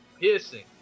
piercing